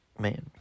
man